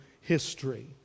history